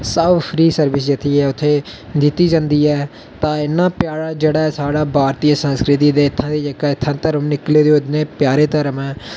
सब free service जेह्ड़ी ऐ उत्थै दित्ती जंदी ऐ तां इन्ना प्यारा जेह्ड़ा साढ़ा ऐ भारतीय संस्कृति ते इत्थूं दी जेह्का इत्थै धर्म निकले दे ओह् इन्ने प्यारे धर्म ऐ